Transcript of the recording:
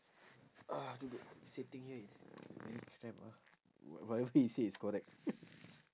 !aduh! wait sitting here is very cram ah whatever he say is correct